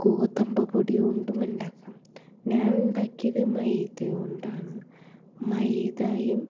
ഗോതമ്പുപൊടികൊണ്ടും ഉണ്ടാക്കാം ഞാനുണ്ടാക്കിയത് മൈദകൊണ്ടാണ് മൈദയും